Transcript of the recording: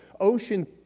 ocean